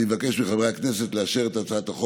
אני מבקש מחברי הכנסת לאשר את הצעת החוק